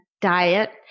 diet